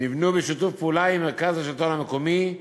נבנו בשיתוף פעולה עם מרכז השלטון המקומי,